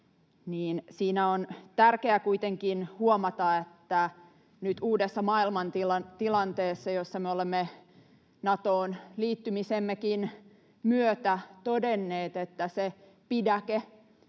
siinä on tärkeää kuitenkin huomata, että nyt uudessa maailmantilanteessa me olemme Natoon liittymisemmekin myötä todenneet, että sen pidäkkeen